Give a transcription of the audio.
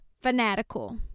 fanatical